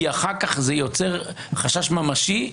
כי אחר כך זה יוצר חשש ממשי,